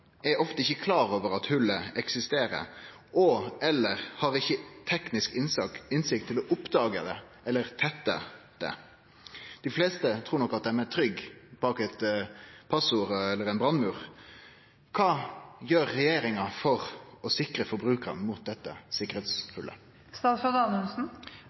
er ofte ikke klar over hullet eller/og har ikke teknisk innsikt til å oppdage eller å tette det. De fleste tror nok at de er trygge bak brannmuren. Hva gjør regjeringen for å sikre forbrukere mot dette